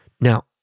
Now